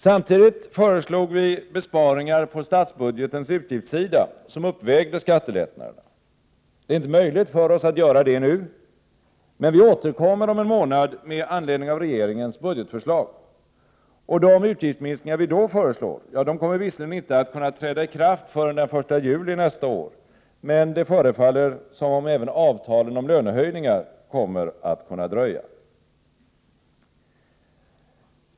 Samtidigt föreslog vi besparingar på statsbudgetens utgiftssida som uppvägde skattelättnaderna. Det är inte möjligt för oss att göra det nu, men vi återkommer om en månad med anledning av regeringens budgetförslag. De utgiftsminskningar vi då föreslår kommer visserligen inte att kunna träda i kraft förrän den 1 juli nästa år, men det förefaller som om även avtalen om lönehöjningar kommer att kunna dröja.